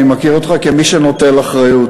אני מכיר אותך כמי שנוטל אחריות.